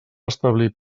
establir